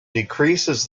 decreases